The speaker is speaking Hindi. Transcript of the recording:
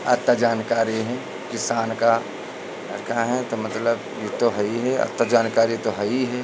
इतनी जानकारी हुई कि शाम का आता है तब मतलब यू तो हुई है इतना जानकारी तो हुई है